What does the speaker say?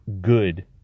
good